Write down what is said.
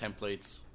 templates